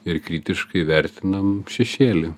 ir kritiškai vertinam šešėlį